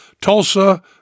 Tulsa